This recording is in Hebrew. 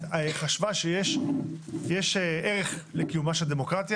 חשבה שיש ערך לקיומה של דמוקרטיה.